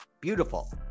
Beautiful